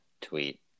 tweet